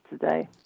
today